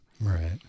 Right